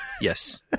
Yes